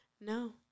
No